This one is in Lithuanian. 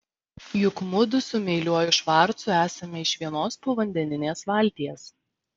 juk mudu su meiliuoju švarcu esame iš vienos povandeninės valties